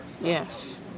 Yes